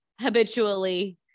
habitually